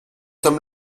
homme